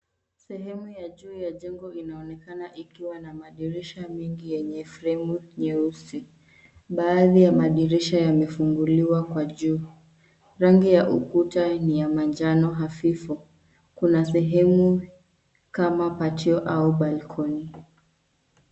Sehemu ya juu ya jengo inaonekana ikiwa na madirisha mengi yenye fremu nyeusi. Baadhi ya madirisha yamefunguliwa Kwa juu. Rangi ya ukuta ni ya manjano hafifu. Kuna sehemu kama pachio au balcony(cs).